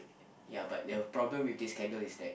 ya but the problem with this candle is that